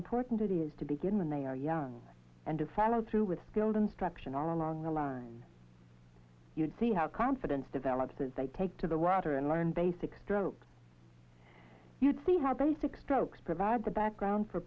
important it is to begin when they are young and to follow through with skilled instruction are along the line see how confidence develops as they take to the water and learn basic stroke you'd see how basic strokes provide the background for